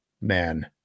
man